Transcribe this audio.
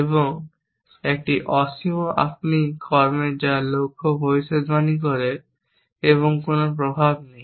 এবং একটি অসীম আপনি কর্মে যা লক্ষ্য ভবিষ্যদ্বাণী করে এবং কোন প্রভাব নেই